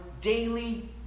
daily